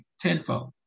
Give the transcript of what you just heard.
tenfold